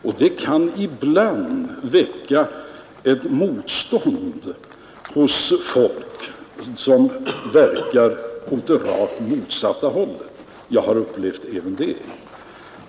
Och det kan ibland väcka ett motstånd hos folk som verkar åt det rakt motsatta hållet; jag har upplevt även det.